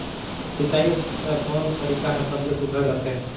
सिंचाई कर कोन तरीका हर सबले सुघ्घर रथे?